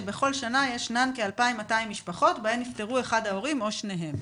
שבכל שנה ישנן כ-2,200 משפחות בהן נפטרו אחד ההורים או שניהם.